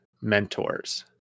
mentors